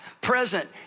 present